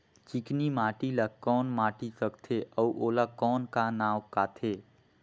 चिकनी माटी ला कौन माटी सकथे अउ ओला कौन का नाव काथे?